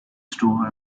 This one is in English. store